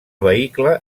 vehicle